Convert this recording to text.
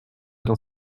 dans